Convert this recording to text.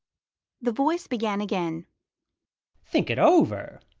the voice began again think it over?